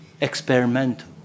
experimental